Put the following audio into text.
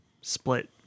split